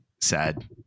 sad